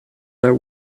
are